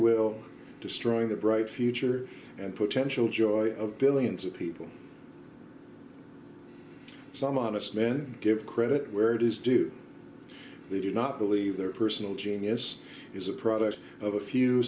will destroying the bright future and potential joy of billions of people some honest men give credit where it is do they do not believe their personal ready genius is a product of a f